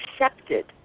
accepted